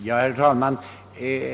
Herr talman!